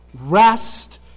rest